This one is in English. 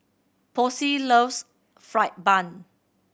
Posey loves fried bun